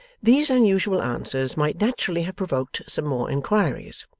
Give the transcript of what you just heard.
these unusual answers might naturally have provoked some more inquiries.